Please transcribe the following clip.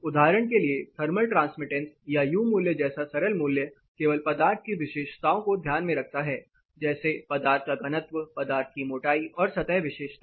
उदाहरण के लिए थर्मल ट्रांसमिटेंस या यू मूल्य जैसा सरल मूल्य केवल पदार्थ की विशेषताओं को ध्यान में रखता हैं जैसे पदार्थ का घनत्व पदार्थ की मोटाई और सतह विशेषताएं